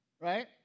right